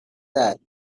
that